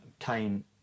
obtain